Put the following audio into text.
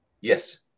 Yes